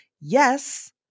Yes